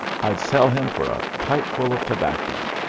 i'd sell him for a pipeful of tobacco.